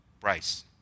price